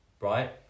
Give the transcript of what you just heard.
right